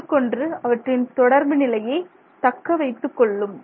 ஒன்றுக்கொன்று அவற்றின் தொடர்பு நிலையை தக்கவைத்துக் கொள்ளும்